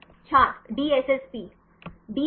छात्र DSSP